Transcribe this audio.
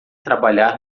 trabalhar